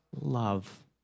Love